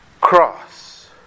cross